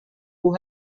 who